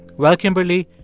well, kimberly,